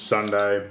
Sunday